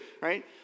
right